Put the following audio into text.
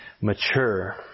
mature